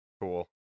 Cool